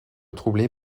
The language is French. troublée